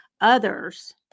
Others